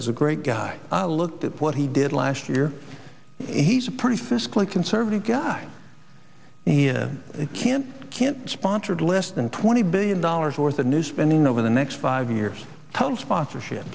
is a great guy i looked at what he did last year he's a pretty fiscally conservative guy here it can can't sponsored less than twenty billion dollars worth of new spending over the next five years co sponsorship